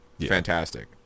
fantastic